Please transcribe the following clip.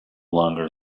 longer